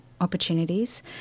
opportunities